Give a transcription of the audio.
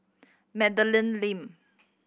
Madeleine Lee